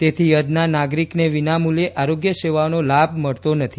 તેથી અદના નાગરિકને વિનામૂલ્યે આરોગ્ય સેવાનો લાભ મળતો નથી